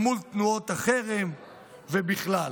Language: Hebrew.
מול תנועות החרם ובכלל.